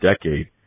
decade